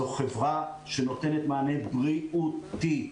זאת חברה שנותנת מענה בריאותי,